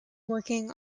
working